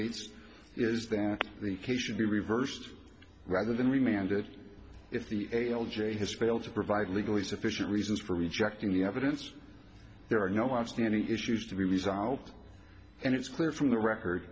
it's is that the case should be reversed rather than we mandated if the a l j his failed to provide legally sufficient reasons for rejecting the evidence there are no outstanding issues to be resolved and it's clear from the record